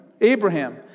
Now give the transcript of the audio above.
Abraham